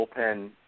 bullpen